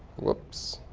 whoops.